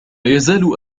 يزال